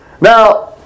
Now